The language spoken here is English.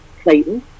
Clayton